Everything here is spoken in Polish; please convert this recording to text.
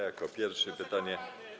Jako pierwszy pytanie.